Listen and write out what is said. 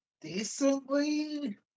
decently